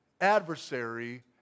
adversary